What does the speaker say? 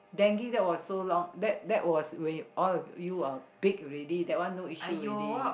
dengue that was so long that that was when all of you are big already that one no issue already